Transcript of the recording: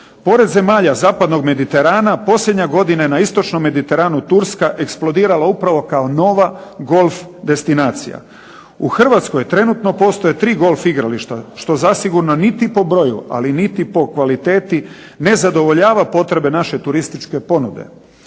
Pored zemalja zapadnog Mediterana posljednje je godine na istočnom Mediteranu Turska eksplodirala upravo kao nova golf destinacija. U Hrvatskoj trenutno postoje 3 golf igrališta što zasigurno niti po broju, ali niti po kvaliteti ne zadovoljava potrebe naše turističke ponude.